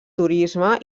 turisme